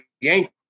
Yankees